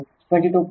31 2 RL22